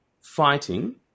fighting